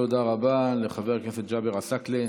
תודה רבה לחבר הכנסת ג'אבר עסאקלה.